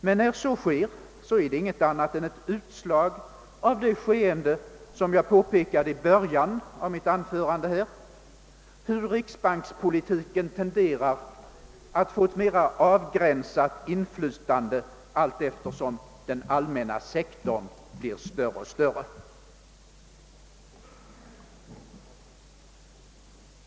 Men när så sker är det inget annat än ett utslag av det skeende som jag pekade på i början av mitt anförande: hur riksbankspolitiken tenderar att få ett mera avgränsat inflytande allteftersom den allmänna sektorn blir större.